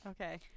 Okay